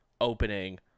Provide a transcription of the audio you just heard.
opening